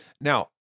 Now